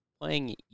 playing